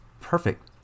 perfect